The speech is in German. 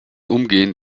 umgehend